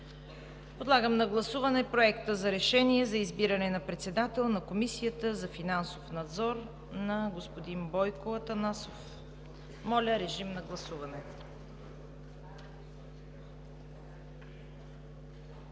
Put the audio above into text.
Подлагам на гласуване Проекта за решение за избиране на председател на Комисията за финансов надзор господин Бойко Атанасов. Гласували